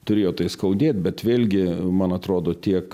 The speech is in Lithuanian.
turėjo tai skaudėt bet vėlgi man atrodo tiek